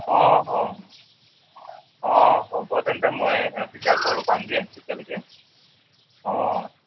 অ অ অ হ'ব তেন্তে মই তেতিয়া ঘৰো পামগৈ তেতিয়ালৈকে অ